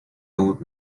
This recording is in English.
old